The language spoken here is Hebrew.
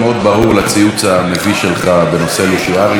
ברור לציוץ המביש שלך בנושא לוסי אהריש.